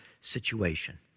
situation